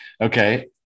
Okay